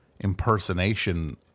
impersonation